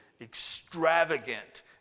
extravagant